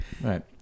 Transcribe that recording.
right